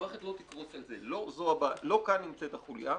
המערכת לא תקרוס, לא כאן נמצאת החוליה.